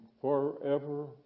forever